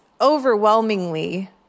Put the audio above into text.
overwhelmingly